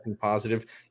positive